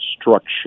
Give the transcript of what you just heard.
structure